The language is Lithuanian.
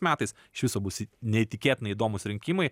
metais iš viso bus neįtikėtinai įdomūs rinkimai